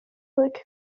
lick